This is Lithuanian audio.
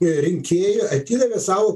rinkėjų atidavė savo